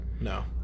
no